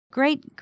Great